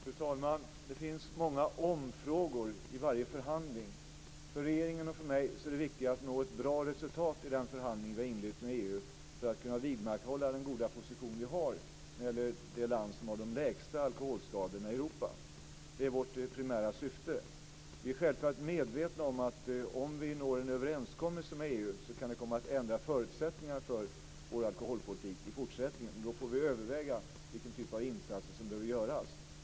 Fru talman! Det finns många om-frågor i varje förhandling. För regeringen och för mig är det viktigt att nå ett bra resultat i den förhandling vi har inlett med EU för att kunna vidmakthålla den goda position vi har som det land som har de lägsta alkoholskadorna i Europa. Det är vårt primära syfte. Vi är självfallet medvetna om att om vi når en överenskommelse med EU kan det komma att ändra förutsättningarna för vår alkoholpolitik i fortsättningen. Då får vi överväga vilken typ av insatser som behöver göras.